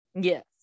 Yes